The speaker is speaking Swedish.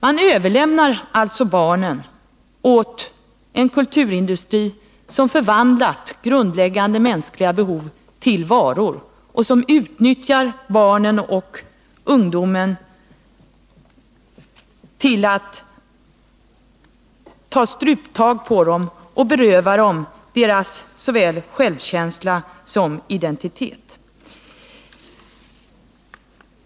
Man överlämnar alltså barnen åt en kulturindustri, som förvandlat grundläggande mänskliga behov till varor och som utnyttjar barnen och ungdomen genom att ta struptag på dem och beröva dem såväl deras självkänsla som deras identitet.